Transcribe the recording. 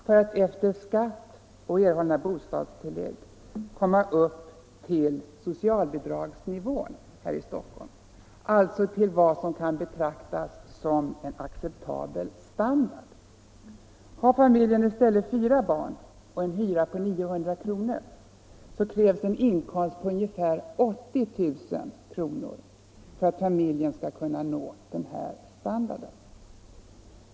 för att efter skatt och erhållna bostadstillägg komma upp till socialbidragsnivån här i Stockholm — alltså till vad som kan betraktas som en acceptabel standard. Har familjen i stället fyra barn och en hyra 900 kr. krävs en inkomst på ungefär 80 000 för att familjen skall kunna nå den här standarden.